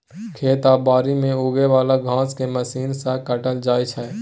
खेत आ बारी मे उगे बला घांस केँ मशीन सँ काटल जाइ छै